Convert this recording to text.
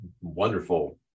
wonderful